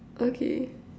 okay